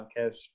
podcast